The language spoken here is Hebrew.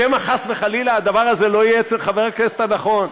שמא חס וחלילה הדבר הזה לא יהיה אצל חבר הכנסת הנכון.